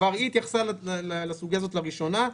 כבר היא התייחסה לסוגיה הזאת לראשונה,